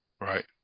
Right